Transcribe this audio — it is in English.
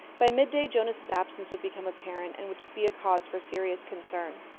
by midday jonas's absence would become apparent, and would be a cause for serious concern.